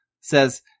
says